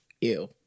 ew